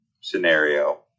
scenario